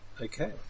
Okay